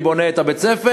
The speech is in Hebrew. מי בונה את בית-הספר?